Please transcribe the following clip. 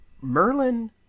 Merlin